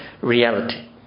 reality